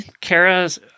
Kara's